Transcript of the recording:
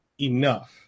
enough